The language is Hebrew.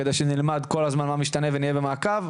כדי שנלמד כל הזמן מה משתנה ונהיה במעקב,